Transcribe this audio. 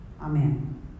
Amen